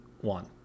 One